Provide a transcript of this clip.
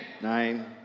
Nine